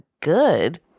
good